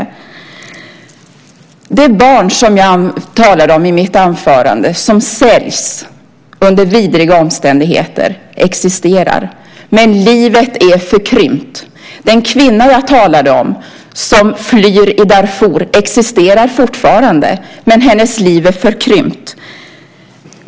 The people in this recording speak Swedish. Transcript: De barn jag talade om i mitt huvudanförande, de som säljs under vidriga omständigheter, existerar, men livet är förkrympt. Den kvinna jag talade om, hon som flyr i Darfur, existerar fortfarande, men hennes liv är förkrympt.